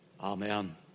Amen